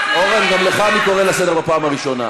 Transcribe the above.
אורן, גם אותך אני קורא לסדר, בפעם הראשונה.